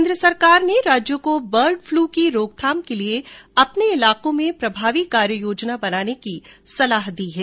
केन्द्र सरकार ने राज्यों को बर्ड पलू की रोकथाम के लिए अपने इलाकों में प्रभावी कार्य योजना बनाने की सलाह दी है